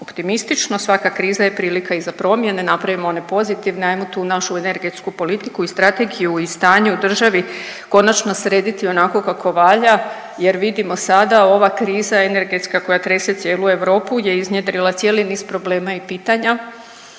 optimistično svaka kriza je prilika i za promjene, napravimo one pozitivne, ajmo tu našu energetsku politiku i strategiju i stanje u državi konačno srediti onako kako valja jer vidimo sada ova kriza energetska koja trese cijelu Europu je iznjedrila cijeli niz problema i pitanja,